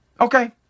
okay